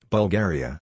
Bulgaria